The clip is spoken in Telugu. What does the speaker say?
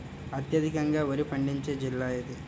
అత్యధికంగా వరి పండించే జిల్లా ఏది?